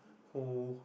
who